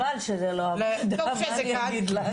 חבל שזה לא הוועדה לקידום מעמד האישה.